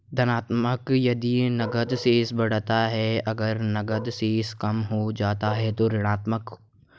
धनात्मक यदि नकद शेष बढ़ता है, अगर नकद शेष कम हो जाता है तो ऋणात्मक